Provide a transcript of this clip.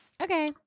Okay